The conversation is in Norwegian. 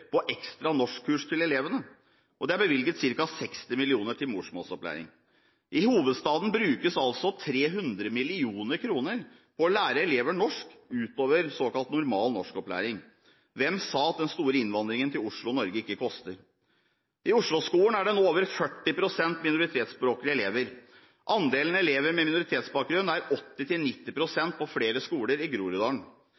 på ekstra norskkurs til elevene, og det er bevilget ca. 60 mill. kr til morsmålsopplæring. I hovedstaden brukes altså 300 mill. kr for å lære elever norsk utover såkalt normal norskopplæring. Hvem sa at den store innvandringen til Oslo og Norge ikke koster? I Oslo-skolen er det nå over 40 pst. minoritetsspråklige elever. Andelen elever med minoritetsbakgrunn er